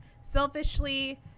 Selfishly